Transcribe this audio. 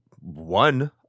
one